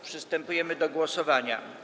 Przystępujemy do głosowania.